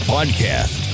Podcast